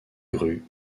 grues